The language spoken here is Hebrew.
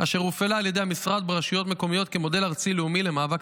אשר הופעלה על ידי המשרד ברשויות מקומיות כמודל ארצי-לאומי למאבק